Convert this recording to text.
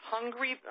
Hungry